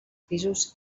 pisos